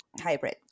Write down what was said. Hybrid